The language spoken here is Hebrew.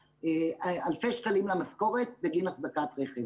אלפי שקלים למשכורת בגין אחזקת רכב.